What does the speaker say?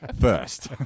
First